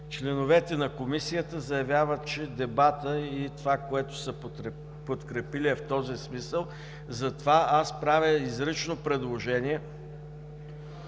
Членовете на Комисията заявяват, че дебатът и това, което са подкрепили, е в този смисъл. Затова правя изрично предложение